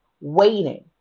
waiting